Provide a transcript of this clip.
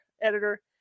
editor